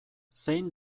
zein